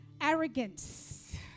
arrogance